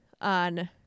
on